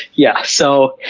yeah. so,